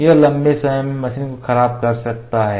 यह लंबे समय में मशीन को खराब कर सकता है